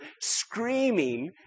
screaming